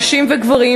נשים וגברים,